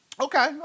Okay